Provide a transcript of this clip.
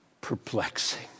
perplexing